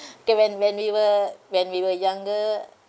given when we were when we were younger